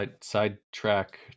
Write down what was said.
Sidetrack